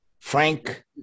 Frank